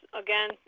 again